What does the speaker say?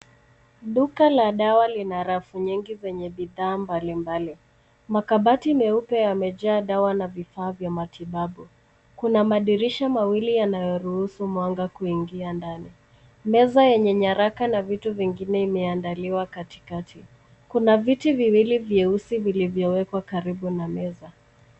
Duka la dawa lina rafu nyingi zenye bidhaa mbalimbali. Makabati meupe yamejaa dawa na vifaa vya matibabu. Kuna madirisha mawili yanayoruhusu mwanga kuingia ndani. Meza yenye nyaraka na vitu vingine imeandaliwa katikati. Kuna viti viwili vyeusi vilivyowekwa karibu na meza.